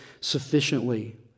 sufficiently